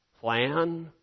plan